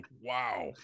Wow